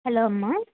hello అమ్మ